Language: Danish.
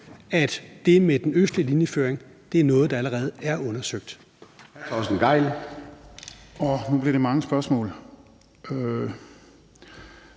at det med den østlige linjeføring er noget, der allerede er undersøgt?